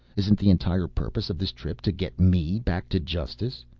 isn't the entire purpose of this trip to get me back to justice?